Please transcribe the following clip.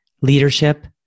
leadership